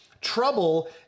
Trouble